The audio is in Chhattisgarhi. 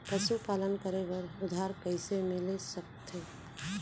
पशुपालन करे बर उधार कइसे मिलिस सकथे?